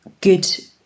good